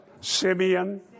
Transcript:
simeon